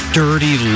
dirty